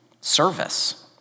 service